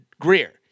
Greer